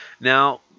Now